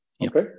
Okay